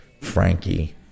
Frankie